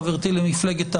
חברתי למפלגת העבודה,